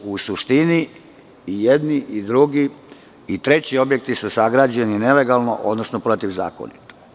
U suštini i jedni i drugi i treći objekti su sagrađeni nelegalno, odnosno protivzakonito.